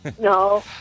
No